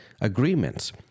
agreements